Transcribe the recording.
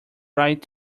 right